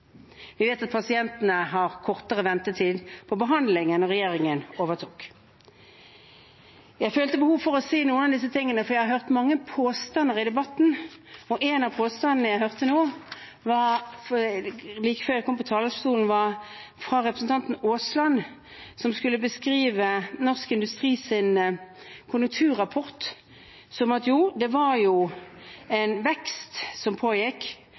Vi vet at pasientene har kortere ventetid på behandling enn da regjeringen overtok. Jeg følte behov for å si noen av disse tingene, for jeg har hørt mange påstander i debatten. En av påstandene jeg hørte like før jeg gikk på talerstolen, var fra representanten Aasland, som ville beskrive – ut fra Norsk Industris konjunkturrapport – at jo, det var jo en vekst som pågikk